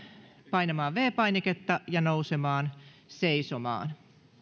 painamaan viides painiketta ja nousemaan seisomaan